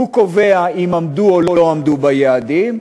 הוא קובע אם עמדו או לא עמדו ביעדים,